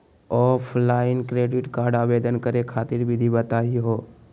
Offline credit card आवेदन करे खातिर विधि बताही हो?